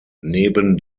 neben